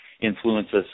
influences